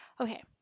Okay